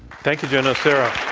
thank you, joe nocera.